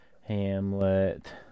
Hamlet